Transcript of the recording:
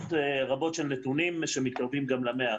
עשרות רבות של נתונים שמתקרבים גם ל-100.